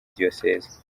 diyoseze